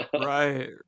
Right